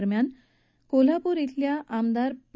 दरम्यान कोल्हापूर धिल्या आमदार पी